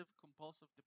compulsive